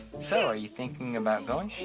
so are you thinking about going?